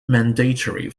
mandatory